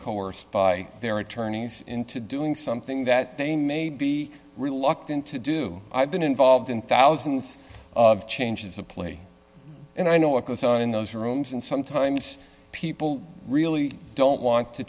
coerced by their attorneys into doing something that they may be reluctant to do i've been involved in thousands of changes of play and i know what goes on in those rooms and sometimes people really don't want to